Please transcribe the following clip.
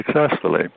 successfully